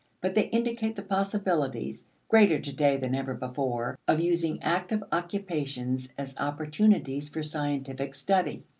but they indicate the possibilities greater to-day than ever before of using active occupations as opportunities for scientific study.